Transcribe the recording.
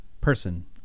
person